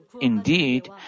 Indeed